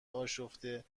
آشفته